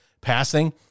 passing